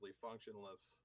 functionless